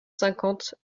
cinquante